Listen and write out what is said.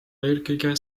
eelkõige